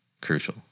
crucial